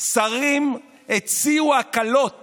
שרים הציעו הקלות